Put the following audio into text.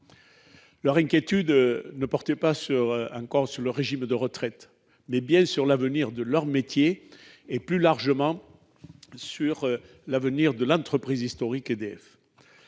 Leur inquiétude ne portait pas encore sur le régime de retraite, mais sur l'avenir de leur métier et, plus largement, de l'entreprise historique EDF.